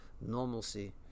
normalcy